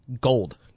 Gold